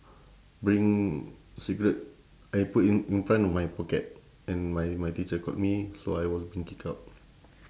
bring cigarette I put in in front of my pocket and my my teacher caught me so I was being kick out